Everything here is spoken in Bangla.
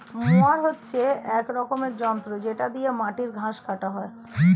মোয়ার হচ্ছে এক রকমের যন্ত্র যেটা দিয়ে মাটির ঘাস কাটা হয়